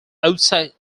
outside